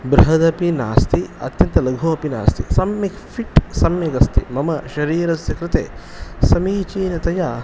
बृहदपि नास्ति अत्यन्तं लघु अपि नास्ति सम्यक् फ़िट् सम्यगस्ति मम शरीरस्य कृते समीचीनतया